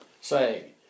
say